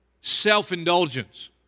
self-indulgence